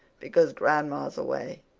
because grandma's away.